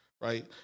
right